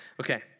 Okay